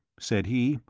said he,